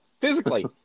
physically